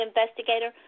investigator